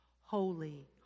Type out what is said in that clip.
Holy